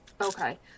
Okay